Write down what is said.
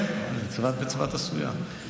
כן," צבת בצבת עשויה".